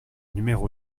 numéro